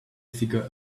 figure